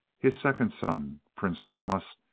his second son, prince qamas,